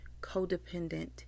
codependent